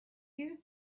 you